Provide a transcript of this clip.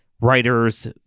writers